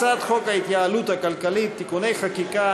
הצעת חוק ההתייעלות הכלכלית (תיקוני חקיקה